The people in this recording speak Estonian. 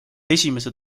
esimese